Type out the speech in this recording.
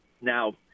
Now